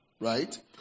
right